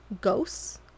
ghosts